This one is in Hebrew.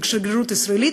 שגרירות ישראל,